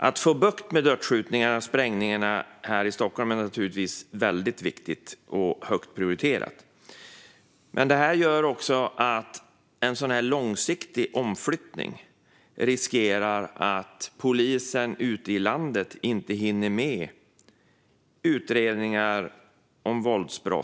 Att få bukt med dödsskjutningarna och sprängningarna här i Stockholm är naturligtvis väldigt viktigt och högt prioriterat, men en sådan här långsiktig omflyttning riskerar att leda till att polisen ute i landet inte hinner med utredningar av våldsbrott.